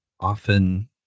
often